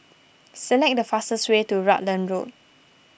select the fastest way to Rutland Road